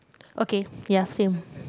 okay ya same